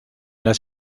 las